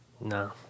No